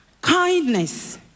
kindness